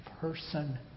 person